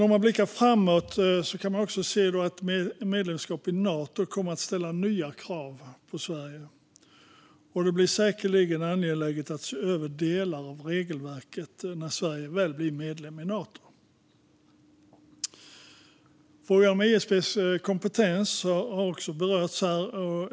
Om man blickar framåt kan man se att medlemskap i Nato kommer att ställa nya krav på Sverige, och det blir säkerligen angeläget att se över delar av regelverket när Sverige väl blir medlem i Nato. Frågan om ISP:s kompetens har berörts här.